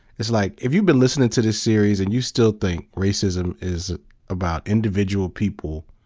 it's like, if you've been listening to this series and you still think racism is about individual people